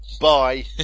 Bye